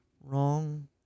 wrong